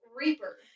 Reaper